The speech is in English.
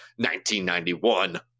1991